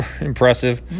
impressive